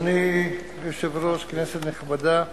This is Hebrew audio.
אדוני היושב-ראש, כנסת נכבדה,